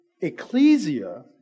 Ecclesia